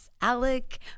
Alec